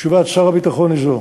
תשובת שר הביטחון היא זו: